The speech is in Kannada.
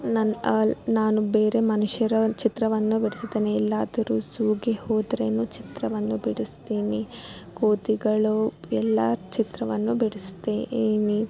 ನನ್ನ ಅಲ್ಲಿ ನಾನು ಬೇರೆ ಮನುಷ್ಯರ ಚಿತ್ರವನ್ನು ಬಿಡಿಸುತ್ತೀನಿ ಎಲ್ಲಾದರೂ ಝೂಗೆ ಹೋದರೂ ಚಿತ್ರವನ್ನು ಬಿಡಿಸುತ್ತೀನಿ ಕೋತಿಗಳು ಎಲ್ಲರ ಚಿತ್ರವನ್ನು ಬಿಡಿಸುತ್ತೀನಿ